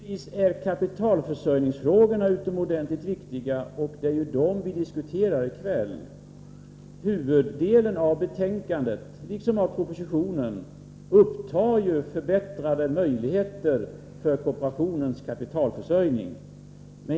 Herr talman! Naturligtvis är kapitalförsörjningsfrågorna utomordentligt viktiga. Det är ju också dem som vi diskuterar i kväll. Huvuddelen av betänkandet, liksom av propositionen, gäller förbättrade möjligheter för kooperationens kapitalförsörjning.